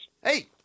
Hey